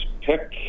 pick